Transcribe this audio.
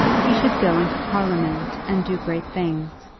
he should go into parliament, and do great things.